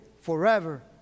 forever